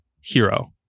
Hero